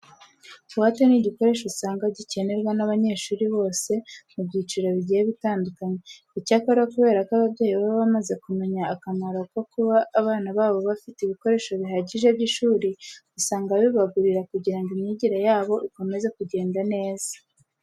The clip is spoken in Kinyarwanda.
Buwate ni igikoresho usanga gikenerwa n'abanyeshuri bose bo mu byiciro bigiye bitandukanye. Icyakora kubera ko ababyeyi baba bamaze kumenya akamaro ko kuba abana babo bafite ibikoresho bihagije by'ishuri, usanga babibagurira kugira ngo imyigire yabo ikomeze kugenda neza.